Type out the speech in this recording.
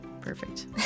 perfect